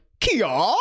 Kia